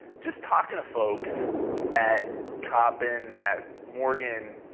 just talking to folks at coppin, at morgan,